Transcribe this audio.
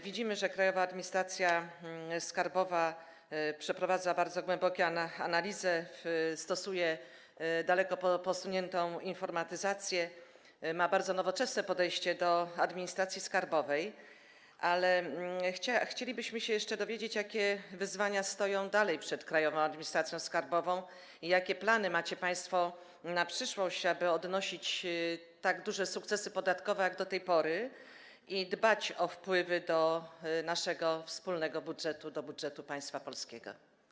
Widzimy, że Krajowa Administracja Skarbowa przeprowadza bardzo głębokie analizy, stosuje daleko posuniętą informatyzację, ma bardzo nowoczesne podejście do administracji skarbowej, ale chcielibyśmy się jeszcze dowiedzieć, jakie wyzwania stoją dalej przed Krajową Administracją Skarbową i jakie plany macie państwo na przyszłość, aby odnosić tak duże sukcesy podatkowe jak do tej pory i dbać o wpływy do naszego wspólnego budżetu, do budżetu państwa polskiego.